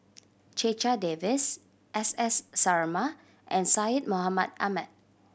Checha Davies S S Sarma and Syed Mohamed Ahmed